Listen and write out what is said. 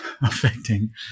affecting